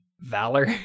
valor